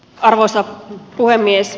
arvoisa puhemies